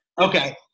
Okay